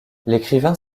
l’écrivain